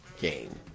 game